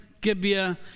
Gibeah